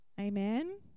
Amen